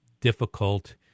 difficult